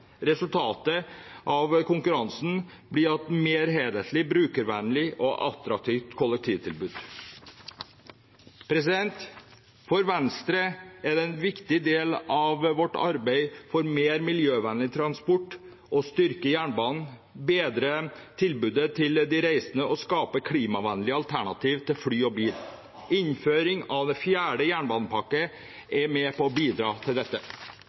Resultatet av konkurransen blir et mer helhetlig, brukervennlig og attraktivt kollektivtilbud. For Venstre er en viktig del av vårt arbeid for mer miljøvennlig transport å styrke jernbanen, bedre tilbudet til de reisende og skape klimavennlige alternativer til fly og bil. Innføring av fjerde jernbanepakke er med på å bidra til dette.